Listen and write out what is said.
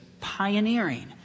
pioneering